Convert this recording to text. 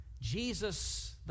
Jesus